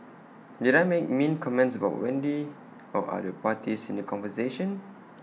did I make mean comments about Wendy or other parties in the conversation